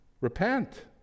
repent